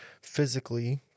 physically